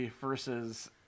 versus